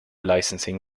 licensing